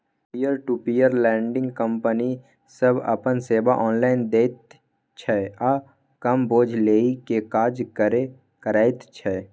peer to peer lending company सब अपन सेवा ऑनलाइन दैत छै आ कम बोझ लेइ के काज करे करैत छै